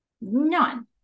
None